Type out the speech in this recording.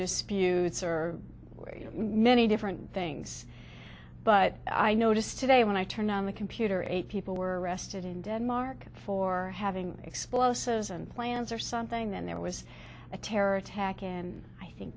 disputes are many different things but i noticed today when i turned on the computer eight people were arrested in denmark for having explosives and plants or something then there was a terror attack and i think